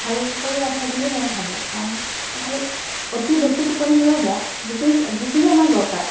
ভাল কৰি ৰাখে বুলিয়ে মই ভাবোঁ কাৰণ খালি অতি বেছি টোপনি হ'লেও বেয়া যিখিনি যিখিনি আমাক দৰকাৰ